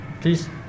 please